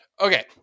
Okay